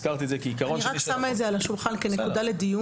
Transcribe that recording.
הזכרתי את זה כעיקרון --- אני רק שמה את זה על השולחן כנקודה לדיון,